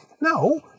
No